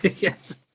yes